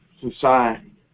society